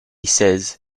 says